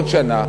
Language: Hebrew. עוד שנה,